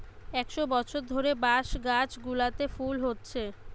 একশ বছর ধরে বাঁশ গাছগুলোতে ফুল হচ্ছে